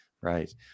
Right